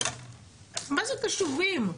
מה זה קשובים?